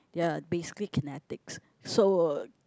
ya basically kinetics so uh